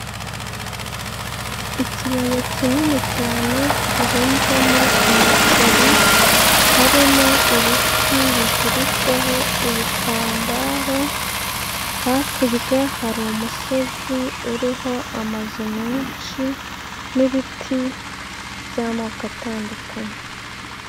Ikibaya kinini cyane gihinzemo imiceri, harimo ibiti biziritseho ibitambaro, hakurya hari umusozi uriho amazu menshi n'ibiti by'amoko atandukanye.